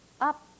up